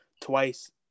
twice